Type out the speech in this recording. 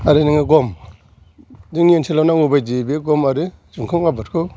आरो नोङो गम जोंनि ओन्सोलाव नांगौ बादि बे गम आरो जुखाम आबादखौ